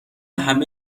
همه